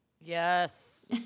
Yes